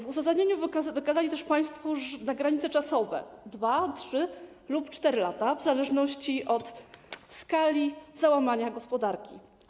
W uzasadnieniu wskazali też państwo na granice czasowe: 2, 3 lub 4 lata, w zależności od skali załamania gospodarki.